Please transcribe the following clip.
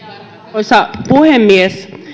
arvoisa puhemies